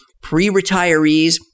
pre-retirees